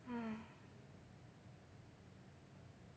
mm